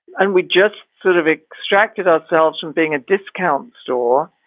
and we just sort of extracted ourselves from being a discount store,